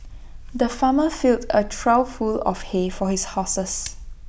the farmer filled A trough full of hay for his horses